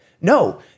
No